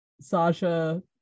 Sasha